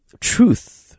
Truth